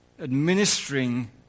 administering